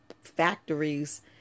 factories